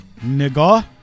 nigga